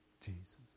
Jesus